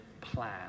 plan